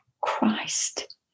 Christ